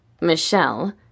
Michelle